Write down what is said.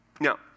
Now